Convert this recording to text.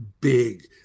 big